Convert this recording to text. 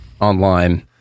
online